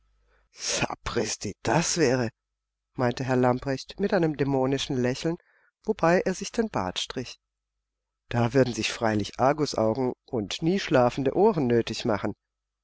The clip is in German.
das wäre meinte herr lamprecht mit einem dämonischen lächeln wobei er sich den bart strich da würden sich freilich argusaugen und nie schlafende ohren nötig machen